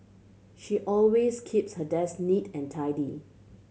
she always keeps her desk neat and tidy